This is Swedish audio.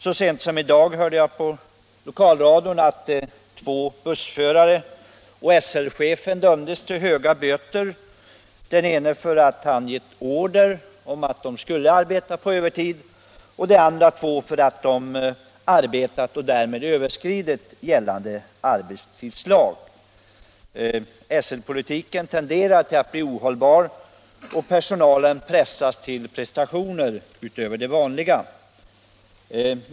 Så sent som i dag hörde jag på lokalradion att två bussförare och SL chefen dömts till höga böter, den ene för att han givit order om att de två andra skulle arbeta på övertid och de båda förarna därför att de arbetat och därmed brutit mot gällande arbetstidslag. SL-politiken tenderar att bli ohållbar, och personalen pressas till prestationer utöver det vanliga.